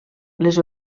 les